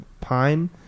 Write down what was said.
Pine